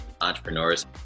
entrepreneurs